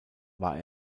war